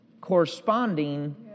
Corresponding